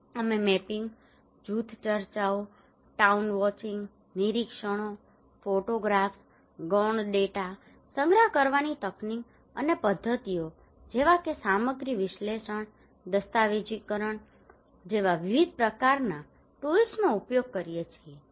અમે મેપિંગ જૂથ ચર્ચાઓ ટાઉન વોચિંગ નિરીક્ષણો ફોટોગ્રાફ્સ ગૌણ ડેટા સંગ્રહ કરવાની તકનીક અને પદ્ધતિઓ જેવા કે સામગ્રી વિશ્લેષણ દસ્તાવેજીકરણ જેવા વિવિધ પ્રકારનાં ટૂલ્સનો ઉપયોગ કરીએ છીએ